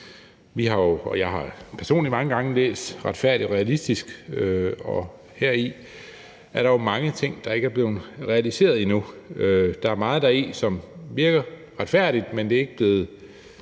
noget andet. Jeg har personligt mange gange læst »Retfærdig og Realistisk«, og heri er der jo mange ting, der ikke er blevet realiseret endnu. Der er meget deri, som virker retfærdigt, men det er ikke blevet